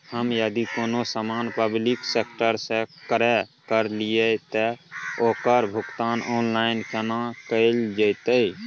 हम यदि कोनो सामान पब्लिक सेक्टर सं क्रय करलिए त ओकर भुगतान ऑनलाइन केना कैल जेतै?